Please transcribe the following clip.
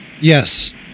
Yes